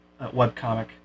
webcomic